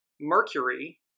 Mercury